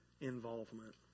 involvement